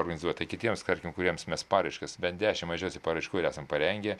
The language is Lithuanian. organizuot tai kitiems tarkim kuriems mes paraiškas bent dešimt mažiausiai paraiškų ir esam parengę